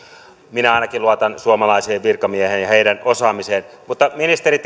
minä ainakin luotan suomalaisiin virkamiehiin ja heidän osaamiseensa ministeri